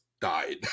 died